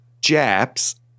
japs